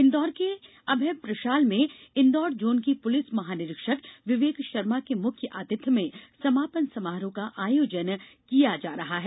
इंदौर के अभय प्रशाल में इंदौर जोन के पूलिस महानिरीक्षक विवेक शर्मा के मुख्य आतिथ्य में समापन समारोह का आयोजन किया जा रहा है